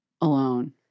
alone